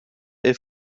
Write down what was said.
est